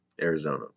Arizona